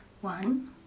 one